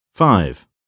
Five